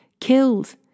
killed